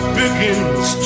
begins